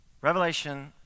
Revelation